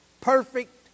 perfect